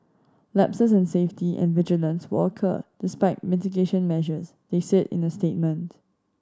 lapses in safety and vigilance will occur despite mitigation measures they said in a statement